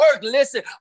listen